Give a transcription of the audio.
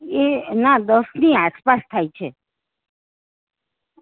એ ના દસની આસપાસ થાય છે